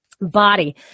body